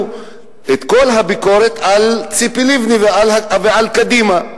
את כל הביקורת על ציפי לבני ועל קדימה.